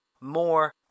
more